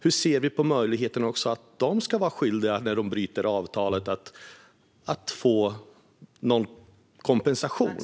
Hur ser vi på möjligheten att också de ska vara skyldiga, när de bryter avtalet, att ge någon kompensation?